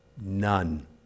None